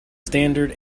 standard